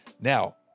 Now